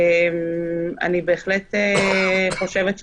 אני בהחלט חושבת,